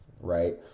right